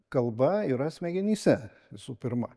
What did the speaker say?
kalba yra smegenyse visų pirma